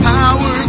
power